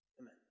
Amen